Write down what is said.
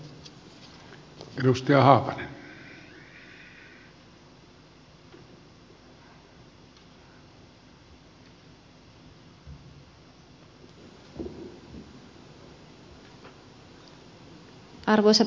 arvoisa puhemies